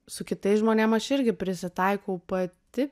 su kitais žmonėm aš irgi prisitaikau pati